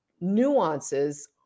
nuances